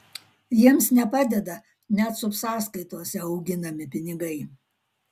jiems nepadeda net subsąskaitose auginami pinigai